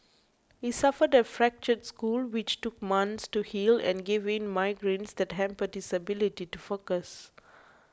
he suffered a fractured skull which took months to heal and gave him migraines that hampered his ability to focus